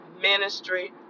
ministry